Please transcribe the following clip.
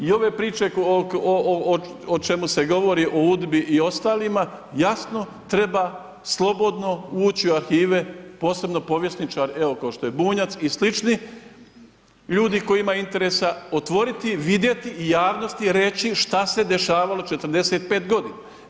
I ove priče o čemu se govori o UDBA-i i ostalima, jasno treba slobodno ući u arhive, posebno povjesničar evo kao što je Bunjac i slični ljudi koji imaju interesa, otvoriti, vidjeti i javnosti reći šta se dešavalo 45 godina.